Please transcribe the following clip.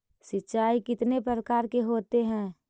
सिंचाई कितने प्रकार के होते हैं?